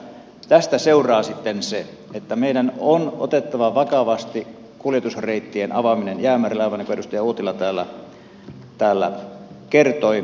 tästä syystä tästä seuraa sitten se että meidän on otettava vakavasti kuljetusreittien avaaminen jäämerellä aivan niin kuin edustaja uotila täällä kertoi